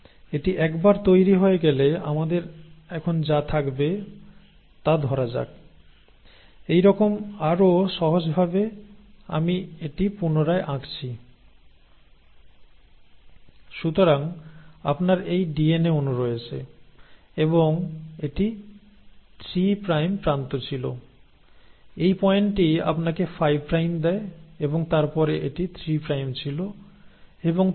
এটি একবার তৈরি হয়ে গেলে আমাদের এখন যা থাকবে তা ধরা যাক এইরকম আরও সহজ ভাবে আমি এটি পুনরায় আঁকছি সুতরাং আপনার এই ডিএনএ অণু রয়েছে এবং এটি 3 প্রাইম প্রান্ত ছিল এই পয়েন্টটি আপনাকে 5 প্রাইম দেয় এবং তারপরে এটি 3 প্রাইম ছিল এবং তারপরে এটি ছিল 5 প্রাইম